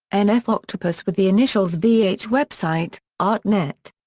n f. octopus with the initials v h. website artnet.